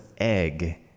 egg